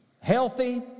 healthy